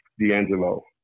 D'Angelo